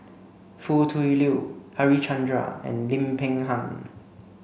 Foo Tui Liew Harichandra and Lim Peng Han